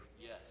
Yes